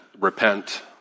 repent